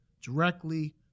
directly